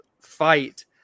fight